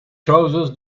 trousers